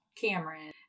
Cameron—